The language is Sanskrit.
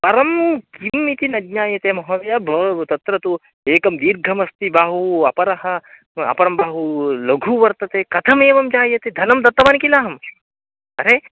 परं किम् इति न ज्ञायते महोदय बव् तत्र तु एकः दीर्घोस्ति बाहुः अपरः अपरः बाहुः लघुः वर्तते कथमेवं जायते धनं दत्तवान् किल अहम् अरे